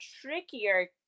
trickier